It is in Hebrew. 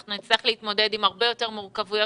אנחנו נצטרך להתמודד עם הרבה יותר מורכבויות